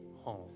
home